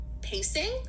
pacing